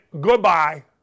Goodbye